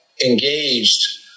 engaged